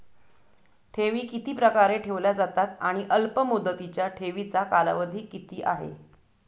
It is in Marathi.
ठेवी किती प्रकारे ठेवल्या जातात आणि अल्पमुदतीच्या ठेवीचा कालावधी किती आहे?